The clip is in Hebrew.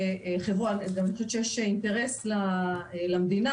ואני חושבת שיש גם אינטרס למדינה,